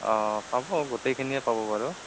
অঁ পাব গোটেইখিনিয়ে পাব বাৰু